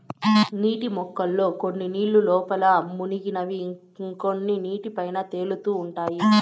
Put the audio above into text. నీటి మొక్కల్లో కొన్ని నీళ్ళ లోపల మునిగినవి ఇంకొన్ని నీటి పైన తేలుతా ఉంటాయి